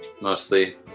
mostly